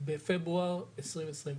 בפברואר 2023,